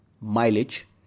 mileage